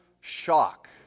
shock